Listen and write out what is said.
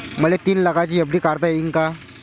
मले तीन लाखाची एफ.डी काढता येईन का?